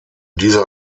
dieser